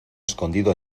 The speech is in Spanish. escondido